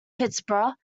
pittsburgh